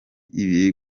ibiri